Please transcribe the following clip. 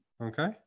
Okay